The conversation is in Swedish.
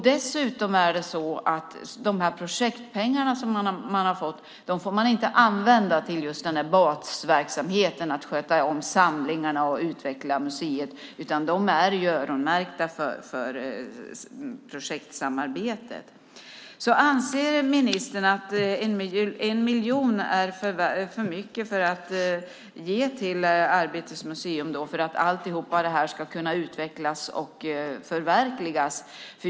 Dessutom är det så att man inte får använda de projektpengar man har fått till just basverksamheten att sköta om samlingarna och utveckla museet, utan de är öronmärkta för projektsamarbetet. Anser ministern att 1 miljon är för mycket att ge till Arbetets museum för att allt detta ska kunna utvecklas och förverkligas?